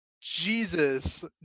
Jesus